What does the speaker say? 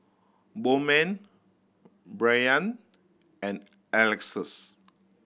Bowman Bryant and Alexus